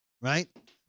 right